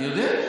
אני יודע.